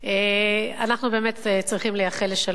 אנחנו באמת צריכים לייחל לשלום,